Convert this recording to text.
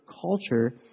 culture